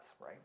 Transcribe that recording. right